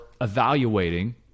evaluating